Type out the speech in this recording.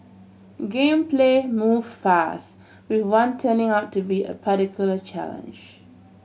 game play move fast with one turning out to be a particular challenge